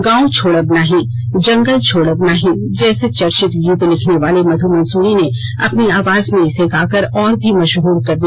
गांव छोड़ब नाहीं जंगल छोड़ब नहीं जैसे चर्चित गीत लिखने वाले मंध्य मंसूरी ने अपनी आवाज में इसे गाकर और भी मशहर कर दिया